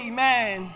Amen